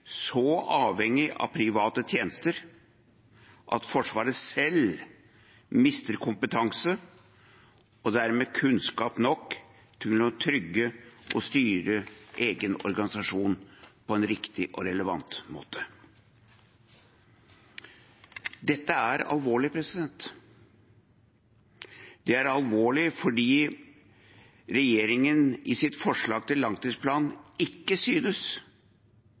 så avhengig av private tjenester at Forsvaret selv mister kompetanse og dermed kunnskap nok til å trygge og styre egen organisasjon på en riktig og relevant måte. Dette er alvorlig. Det er alvorlig fordi regjeringen i sitt forslag til langtidsplan ikke synes